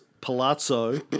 palazzo